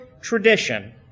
tradition